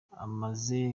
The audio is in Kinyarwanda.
amaze